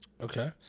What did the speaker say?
Okay